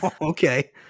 Okay